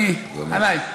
אני מודה לך.